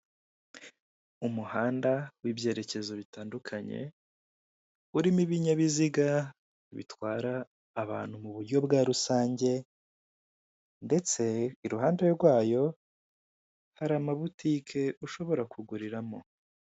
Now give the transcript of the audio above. Umuhanda w'ibyerekezo bitandukanye urimo ibinyabiziga bitwara abantu muburyo bwa rusange ndetse iruhande rwayo hari amabotike ushobora kuguriramo.